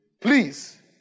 please